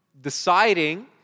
deciding